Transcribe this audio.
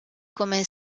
come